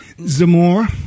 Zamora